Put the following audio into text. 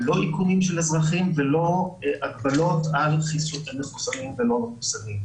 לא איכונים של אזרחים ולא הגבלות על מחוסנים ולא מחוסנים.